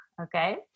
Okay